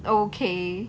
okay